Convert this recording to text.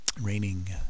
raining